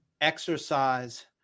exercise